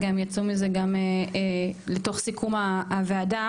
וגם יצאו מזה לתוך סיכום הוועדה,